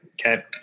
Okay